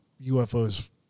UFOs